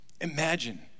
Imagine